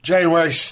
January